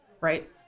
Right